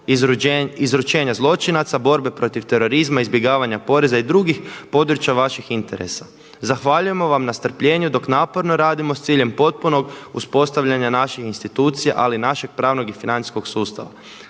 izručenja zločinaca, borbe protiv terorizma, izbjegavanja poreza i drugih područja vaših interesa. Zahvaljujemo vam na strpljenju dok naporno radimo s ciljem potpunog uspostavljanja naših institucija ali i našeg pravnog i financijskog sustava.